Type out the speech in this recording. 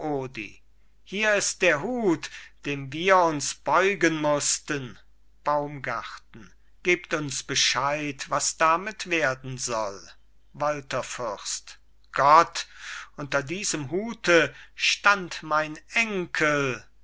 hier ist der hut dem wir uns beugen mussten baumgarten gebt uns bescheid was damit werden soll walther fürst gott unter diesem hute stand mein enkel